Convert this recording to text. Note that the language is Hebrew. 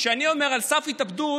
כשאני אומר "על סף התאבדות",